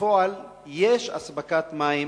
בפועל יש אספקת מים